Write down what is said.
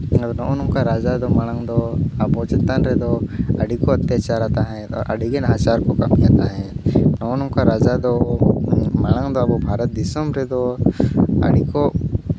ᱟᱫᱚ ᱱᱚᱜᱼᱚᱸᱭ ᱱᱚᱝᱠᱟ ᱨᱟᱡᱟ ᱫᱚ ᱢᱟᱲᱟᱝ ᱫᱚ ᱟᱵᱚ ᱪᱮᱛᱟᱱ ᱨᱮᱫᱚ ᱟᱹᱰᱤ ᱠᱚ ᱚᱛᱛᱟᱪᱟᱨᱟ ᱛᱟᱦᱮᱸᱫ ᱟᱹᱰᱤᱜᱮ ᱱᱟᱦᱟᱪᱟᱨ ᱠᱚ ᱠᱟᱹᱢᱤᱭᱮᱫ ᱛᱟᱦᱮᱸᱫ ᱱᱚᱜᱼᱚᱸᱭ ᱱᱚᱝᱠᱟ ᱨᱟᱡᱟ ᱫᱚ ᱢᱟᱲᱟᱝ ᱫᱚ ᱟᱵᱚ ᱵᱷᱟᱨᱚᱛ ᱫᱤᱥᱚᱢ ᱨᱮᱫᱚ ᱟᱹᱰᱤ ᱠᱚ